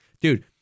Dude